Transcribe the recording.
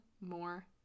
more